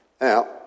Now